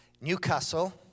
Newcastle